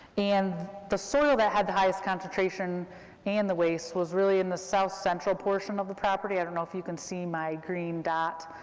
and the soil that had the highest concentration and the waste was really in the south central portion of the property, i don't know if you can see my green dot.